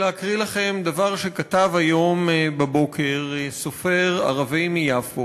להקריא לכם דבר שכתב היום בבוקר סופר ערבי מיפו,